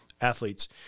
Athletes